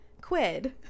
quid